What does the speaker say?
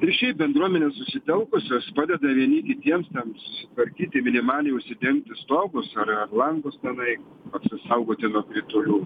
ir šiaip bendruomenės susitelkusios padeda vieni kitiems ten susitvarkyti minimaliai užsidengti stogus langus tenai apsisaugoti nuo kritulių